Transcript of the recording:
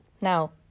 Now